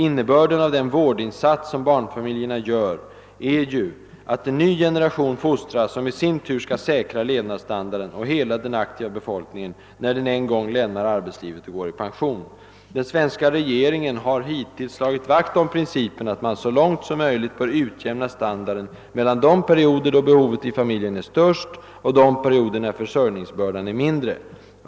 Innebörden av den vårdinsats som barnfamiljerna gör är ju att en ny generation fostras som i sin tur skall säkra levnadsstandarden av hela den aktiva befolkningen när den en gång lämnar arbetslivet och går i pension. Den svenska regeringen har hittills slagit vakt om principen att man så långt möjligt bör utjämna standarden mellan de perioder då behovet i familjen är störst och de perioder när försörjningsbördan är mindre.